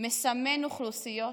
מסמן אוכלוסיות,